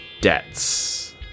debts